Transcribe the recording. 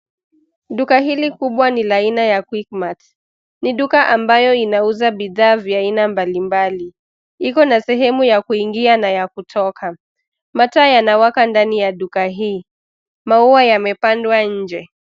Duka hili kubwa ni la aina ya Quickmart. Ni duka ambayo inauza bidhaa vya aina mbali mbali. Iko na sehemu ya kuingia na ya kutoka. Mataa yanawaka ndani ya duka hii. Maua yamepandwa nje.